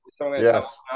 Yes